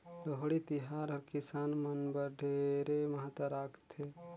लोहड़ी तिहार हर किसान मन बर ढेरे महत्ता राखथे